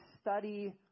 study